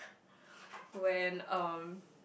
when um